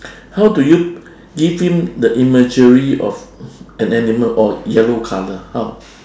how do you give him the imagery of an animal or yellow colour how